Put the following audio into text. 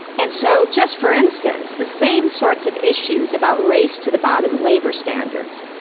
and so, just for instance, the same sorts of issues about race to the bottom labor standards,